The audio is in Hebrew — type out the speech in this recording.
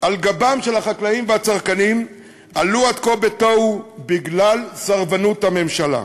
על גבם של החקלאים והצרכנים עלו עד כה בתוהו בגלל סרבנות הממשלה.